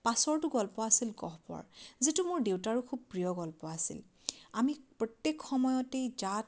পাছৰটো গল্প আছিল গহ্বৰ যিটো মোৰ দেউতাৰো খুব প্ৰিয় গল্প আছিল আমি প্ৰত্যেক সময়তেই জাত